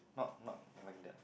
not not like that